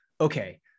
okay